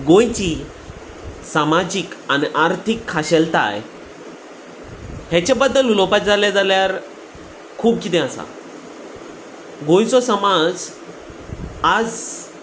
गोंयची सामाजीक आनी आर्थीक खाशेलताय हेचे बद्दल उलोवपाक जालें जाल्यार खूब कितें आसा गोंयचो समाज आज